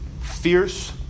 fierce